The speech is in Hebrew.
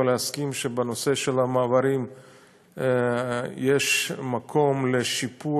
ולהסכים שבנושא של המעברים יש מקום לשיפור,